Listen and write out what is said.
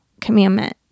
commandment